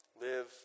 Live